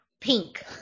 Pink